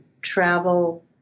travel